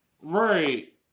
right